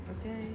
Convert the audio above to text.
okay